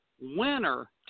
winner